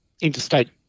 interstate